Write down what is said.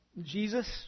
Jesus